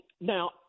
now